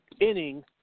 inning